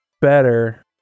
better